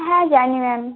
হ্যাঁ জানি ম্যাম